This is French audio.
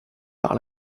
par